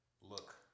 look